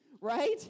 Right